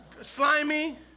slimy